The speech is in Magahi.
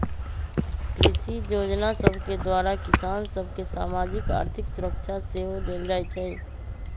कृषि जोजना सभके द्वारा किसान सभ के सामाजिक, आर्थिक सुरक्षा सेहो देल जाइ छइ